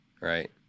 Right